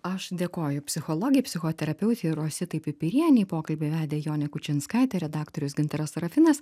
aš dėkoju psichologei psichoterapeutei rositai pipirienei pokalbį vedė jonė kučinskaitė redaktorius gintaras sarafinas